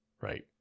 Right